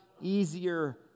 easier